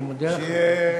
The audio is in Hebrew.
אני מודה לך, חבר